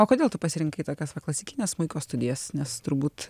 o kodėl tu pasirinkai tokias va klasikines smuiko studijas nes turbūt